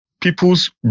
people's